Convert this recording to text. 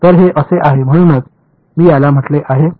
तर हे असे आहे म्हणूनच मी याला म्हटले आहे